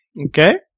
Okay